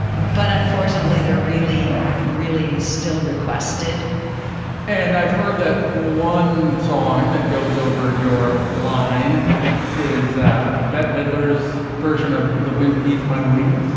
but unfortunately, they're really, really still requested and i've heard that one song that goes over your line is bette midler's version of the wind beneath my wings